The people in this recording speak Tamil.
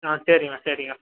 ஆ சரிங்க சரிங்க